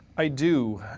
i do.